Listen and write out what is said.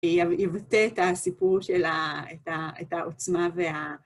יבטא את הסיפור של העוצמה וה...